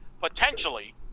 potentially